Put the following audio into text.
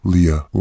Leah